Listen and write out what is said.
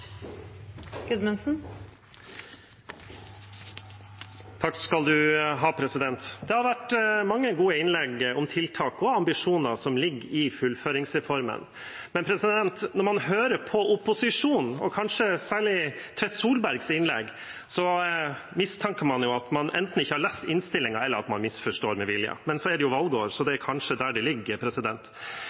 Det har vært mange gode innlegg om tiltak og ambisjoner som ligger i fullføringsreformen, men når man hører på opposisjonens – og kanskje særlig Tvedt Solbergs – innlegg, mistenker man jo at de enten ikke har lest innstillingen, eller at de misforstår med vilje. Men så er det jo valgår, så det er kanskje der det ligger.